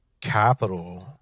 capital